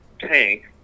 tank